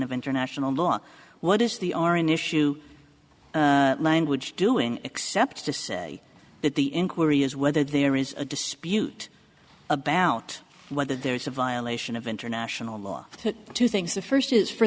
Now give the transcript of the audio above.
of international law what is the are in issue doing except to say that the inquiry is whether there is a dispute about whether there is a violation of international law two things the first is for